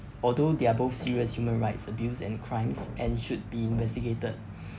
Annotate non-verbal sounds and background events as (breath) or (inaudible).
although they are both serious human rights abuse and crimes and should be investigated (breath)